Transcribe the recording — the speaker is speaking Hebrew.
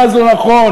מס לא נכון.